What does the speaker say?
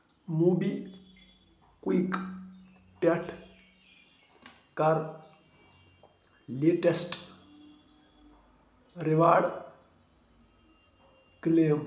Mobi Kwik پٮ۪ٹھٕ کَر latest reward claim